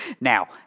Now